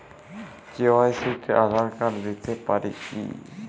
KYC তে Aadhaar card দিতে পারি কি?